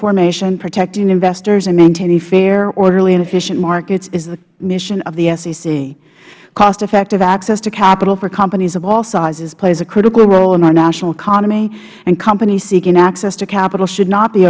formation protecting investors and maintaining fair orderly and efficient markets is the mission of the sec costeffective access to capital for companies of all sizes plays a critical role in our national economy and companies seeking access to capital should not be